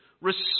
receive